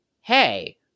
hey